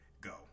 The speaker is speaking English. go